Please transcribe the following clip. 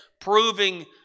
proving